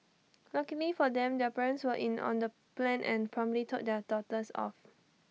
luckily for them their parents were in on the plan and promptly told their daughters off